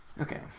okay